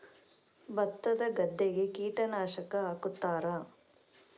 ಭತ್ತದ ಗದ್ದೆಗೆ ಕೀಟನಾಶಕ ಹಾಕುತ್ತಾರಾ?